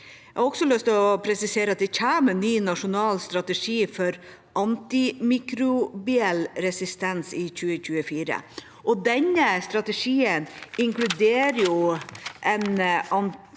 det kommer en ny nasjonal strategi i 2024 for antimikrobiell resistens, og den strategien inkluderer en